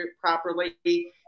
properly